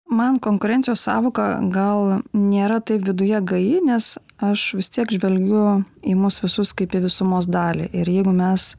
man konkurencijos sąvoka gal nėra taip viduje gaji nes aš vis tiek žvelgiu į mus visus kaip į visumos dalį ir jeigu mes